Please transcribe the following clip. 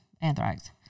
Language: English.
anthrax